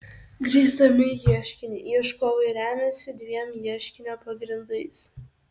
grįsdami ieškinį ieškovai remiasi dviem ieškinio pagrindais